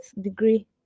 degree